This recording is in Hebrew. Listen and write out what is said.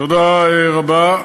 תודה רבה.